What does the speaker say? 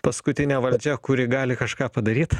paskutinė valdžia kuri gali kažką padaryt